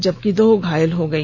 जबकि दो घायल हो गई